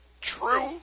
true